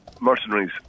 mercenaries